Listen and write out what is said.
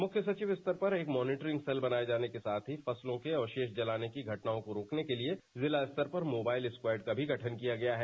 मुख्य सचिव स्तर पर एक मॉनिटरिंग सेल बनाये जाने के साथ ही फसलों के अवशेष जलाने की घटनाओं को रोकने के लिए जिला स्तर पर मोबाइल स्क्वायड का भी गठन किया गया है